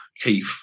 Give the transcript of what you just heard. Keith